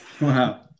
Wow